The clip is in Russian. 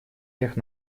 всех